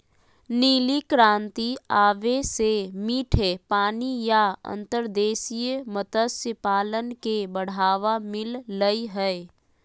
नीली क्रांति आवे से मीठे पानी या अंतर्देशीय मत्स्य पालन के बढ़ावा मिल लय हय